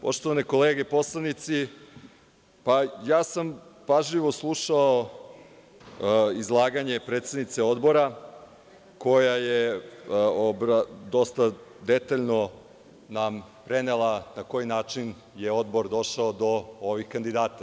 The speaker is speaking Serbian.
Poštovane kolege poslanici, ja sam pažljivo slušao izlaganje predsednice Odbora, koja nam je dosta detaljno prenela na koji način je Odbor došao do ovih kandidata.